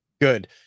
Good